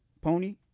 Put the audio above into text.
Pony